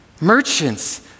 Merchants